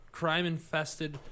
crime-infested